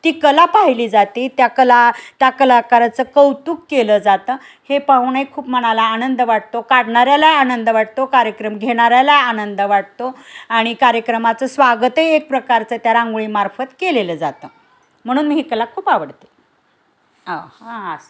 ती कला पाहिली जाते त्या कला त्या कलाकाराचं कौतुक केलं जातं हे पाहुणे खूप मणाला आनंद वाटतो काढणाऱ्यालाही आनंद वाटतो कार्यक्रम घेणाऱ्यालाही आनंद वाटतो आणि कार्यक्रमाचं स्वागतही एक प्रकारचं त्या रांगोळी मार्फत केलेलं जातं म्हणून मी ही कला खूप आवडते हां अस